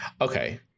Okay